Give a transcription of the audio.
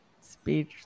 speech